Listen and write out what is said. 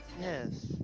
Yes